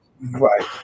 right